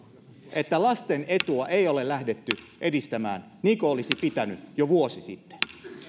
että lasten etua ei ole lähdetty edistämään niin kuin olisi pitänyt jo vuosi sitten